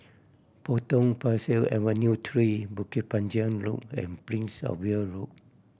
Potong Pasir Avenue Three Bukit Panjang Loop and Princess Of Wale Road